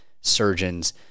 surgeons